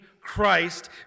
Christ